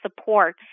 support